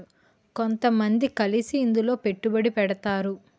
కొంతమంది కలిసి ఇందులో పెట్టుబడి పెడతారు